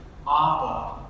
Abba